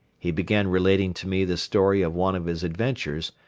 he began relating to me the story of one of his adventures,